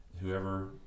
whoever